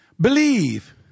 Believe